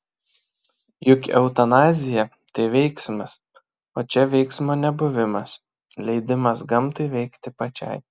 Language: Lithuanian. juk eutanazija tai veiksmas o čia veiksmo nebuvimas leidimas gamtai veikti pačiai